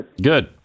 good